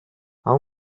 how